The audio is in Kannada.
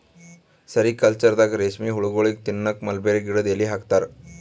ಸೆರಿಕಲ್ಚರ್ದಾಗ ರೇಶ್ಮಿ ಹುಳಗೋಳಿಗ್ ತಿನ್ನಕ್ಕ್ ಮಲ್ಬೆರಿ ಗಿಡದ್ ಎಲಿ ಹಾಕ್ತಾರ